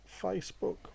Facebook